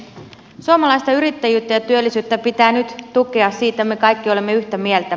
suomalaista yrittäjyyttä ja työllisyyttä pitää nyt tukea siitä me kaikki olemme yhtä mieltä